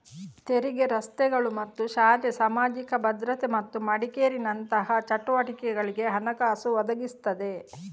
ತೆರಿಗೆ ರಸ್ತೆಗಳು ಮತ್ತು ಶಾಲೆ, ಸಾಮಾಜಿಕ ಭದ್ರತೆ ಮತ್ತು ಮೆಡಿಕೇರಿನಂತಹ ಚಟುವಟಿಕೆಗಳಿಗೆ ಹಣಕಾಸು ಒದಗಿಸ್ತದೆ